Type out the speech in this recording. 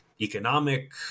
economic